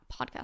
podcast